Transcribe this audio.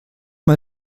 mir